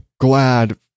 glad